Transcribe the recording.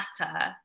matter